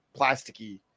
plasticky